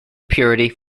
purity